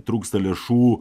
trūksta lėšų